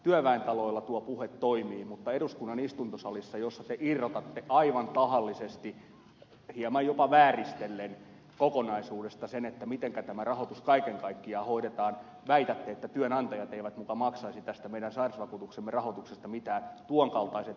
työväentaloilla tuo puhe toimii mutta eduskunnan istuntosalissa jossa te irrotatte aivan tahallisesti hieman jopa vääristellen kokonaisuudesta sen mitenkä tämä rahoitus kaiken kaikkiaan hoidetaan väitätte että työnantajat eivät muka maksaisi tästä meidän sairausvakuutuksemme rahoituksesta mitään tuon kaltaiset väitteet ovat